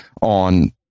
on